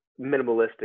minimalistic